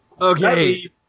Okay